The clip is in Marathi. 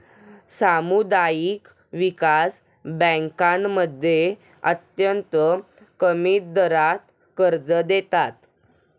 सामुदायिक विकास बँकांमध्ये अत्यंत कमी दरात कर्ज देतात